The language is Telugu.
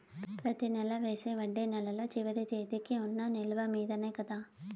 ప్రతి నెల వేసే వడ్డీ నెలలో చివరి తేదీకి వున్న నిలువ మీదనే కదా?